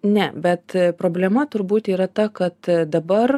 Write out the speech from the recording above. ne bet problema turbūt yra ta kad dabar